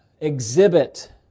exhibit